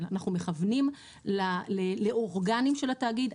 אנחנו מכוונים לאורגנים של התאגיד.